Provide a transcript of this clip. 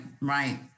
right